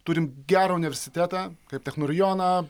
turim gerą universitetą kaip technurijoną